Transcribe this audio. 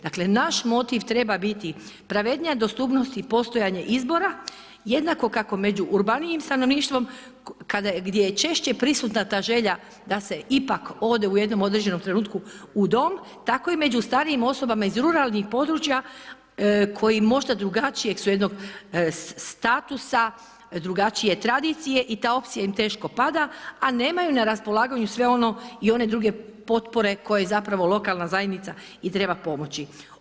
Dakle, naš motiv treba biti pravednija dostupnost i postojanje izbora jednako kako među urbanijim stanovništvom gdje je češće prisutna ta želja da se ipak ode u jednom određenom trenutku u dom, tako i među starijim osobama iz ruralnih područja koji možda drugačijeg su jednog statusa, drugačije tradicije i ta opcija im teško pada, a nemaju na raspolaganju sve ono i one druge potpore koje zapravo lokalna zajednica i treba pomoći.